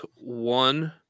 one